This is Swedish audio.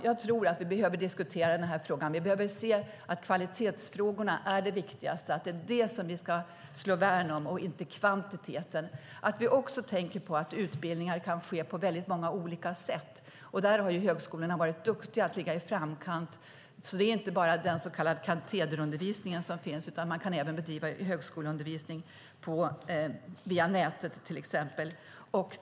Jag tror att vi behöver diskutera den här frågan. Vi behöver se att kvalitetsfrågorna är det viktigaste, att det är det vi ska slå vakt om - inte kvantiteten. Det gäller också att tänka på att utbildningar kan ske på många olika sätt. Där har högskolorna varit duktiga på att ligga i framkant, så det är inte bara den så kallade katederundervisningen som finns, utan man kan också bedriva högskoleundervisning till exempel via nätet.